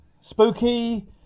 spooky